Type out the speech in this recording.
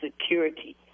security